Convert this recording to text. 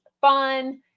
fun